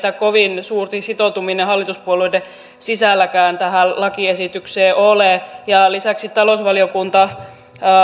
tässä kovin suurta sitoutumista hallituspuolueiden sisälläkään tähän lakiesitykseen ole lisäksi talousvaliokunta